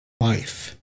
life